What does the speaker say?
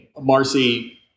Marcy